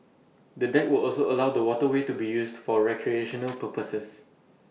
the deck will also allow the waterway to be used for recreational purposes